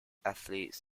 athletes